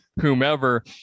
whomever